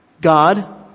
God